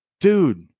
Dude